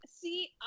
see